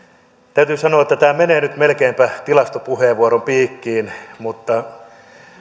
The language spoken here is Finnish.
täytyy sanoa että tämä menee nyt melkeinpä tilastopuheenvuoron piikkiin mutta kun kello on